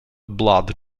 blood